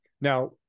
Now